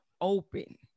open